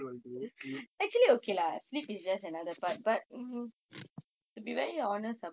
I mean நிறைய:niraya rest தேவைப்படுது:thevaipaduthu